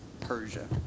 Persia